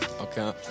Okay